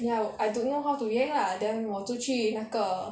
ya I don't know how to react lah then 我就去那个